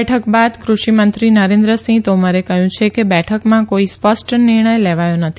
બેઠક બાદ કૃષિમંત્રી નરેન્દ્રસિંહ તોમરે કહ્યું છે કે બેઠકમાં કોઈ સ્પષ્ટ નિર્ણય લેવાથો નથી